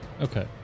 Okay